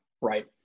right